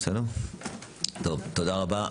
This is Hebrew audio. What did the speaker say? תודה רבה.